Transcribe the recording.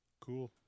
Cool